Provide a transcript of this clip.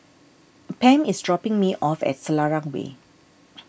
Pam is dropping me off at Selarang Way